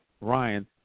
Ryan